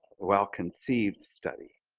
well-conceived study,